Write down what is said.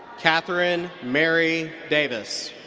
catherine merry davis.